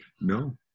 No